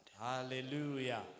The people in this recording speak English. Hallelujah